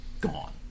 gone